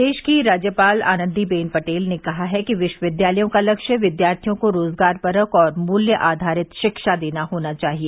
प्रदेश की राज्यपाल आनंदीबेन पटेल ने कहा है कि विश्वविद्यालयों का लक्ष्य विद्यार्थियों को रोजगारपरक और मूल्य आधारित शिक्षा देना होना चाहिए